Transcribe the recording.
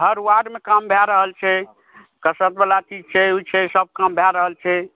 हर वार्डमे काम भए रहल छै कसरतवला ई छै ओ छै हर काम भए रहल छै